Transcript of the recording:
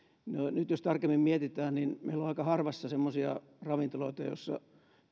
nyt jos tarkemmin mietitään niin meillä on aika harvassa semmoisia ravintoloita joissa